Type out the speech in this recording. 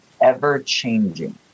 ever-changing